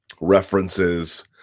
references